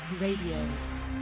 Radio